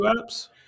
apps